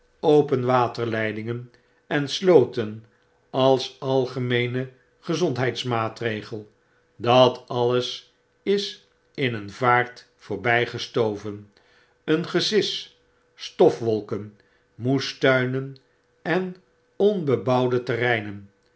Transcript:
open waterleidingen en slooten als algemeene gezondheidsmaatregel dat alles is in een vaart voorbijgestoven een gesis stofwolken inoestuinen en onbebouwde terreinen